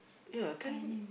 yeah tell